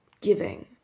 giving